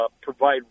provide